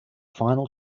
final